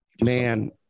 Man